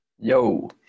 yo